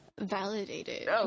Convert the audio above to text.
validated